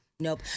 Nope